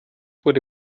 wurde